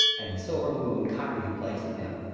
and the silver moon kindly plays the pimp.